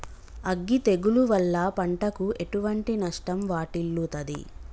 అగ్గి తెగులు వల్ల పంటకు ఎటువంటి నష్టం వాటిల్లుతది?